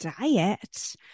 diet